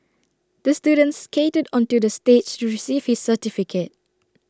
the student skated onto the stage to receive his certificate